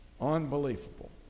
Unbelievable